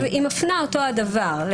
היא מפנה אותו הדבר,